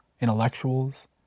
intellectuals